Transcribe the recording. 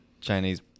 Chinese